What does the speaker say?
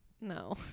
no